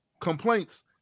complaints